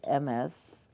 MS